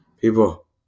People